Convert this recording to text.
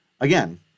again